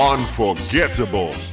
Unforgettable